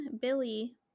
Billy